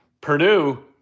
Purdue